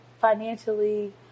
financially